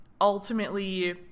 ultimately